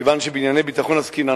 כיוון שבענייני ביטחון עסקינן,